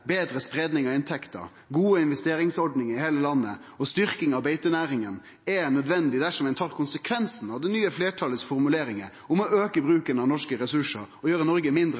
betre spreiing av inntekter, gode investeringsordningar i heile landet og styrking av beitenæringa – er nødvendig dersom ein tar konsekvensen av formuleringane til det nye fleirtalet om å auke bruken av norske ressursar og gjere Noreg mindre